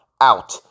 out